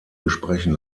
besprechen